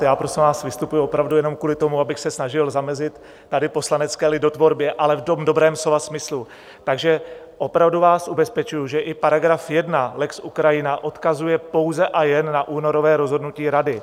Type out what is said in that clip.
Prosím vás, já vystupuji opravdu jenom kvůli tomu, abych se snažil zamezit tady poslanecké lidotvorbě, ale v dobrém slova smyslu, takže opravdu vás ubezpečuji, že i § 1 lex Ukrajina odkazuje pouze a jen na únorové rozhodnutí Rady.